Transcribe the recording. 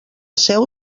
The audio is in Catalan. seu